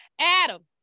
Adam